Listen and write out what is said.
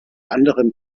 anderen